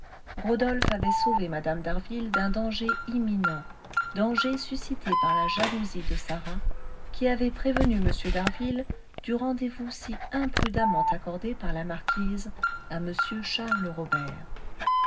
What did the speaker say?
rodolphe avait sauvé mme d'harville d'un danger imminent danger suscité par la jalousie de sarah qui avait prévenu m d'harville du rendez-vous si imprudemment accordé par la marquise à m charles robert